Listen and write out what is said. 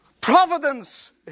Providence